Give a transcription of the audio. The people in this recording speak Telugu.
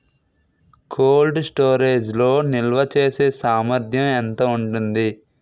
కోల్డ్ స్టోరేజ్ లో నిల్వచేసేసామర్థ్యం ఎంత ఉంటుంది?